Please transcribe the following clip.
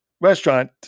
restaurant